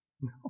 No